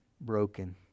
broken